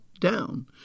down